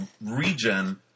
regen